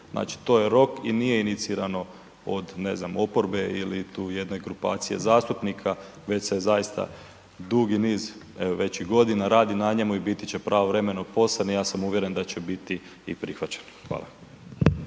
Znači to je rok i nije inicirano od ne znam, oporbe ili tu jedne grupacije zastupnika već se zaista dugi niz, evo već i godina, radi na njemu i biti će pravovremeno poslan i ja sam uvjeren da će biti i prihvaćen. Hvala.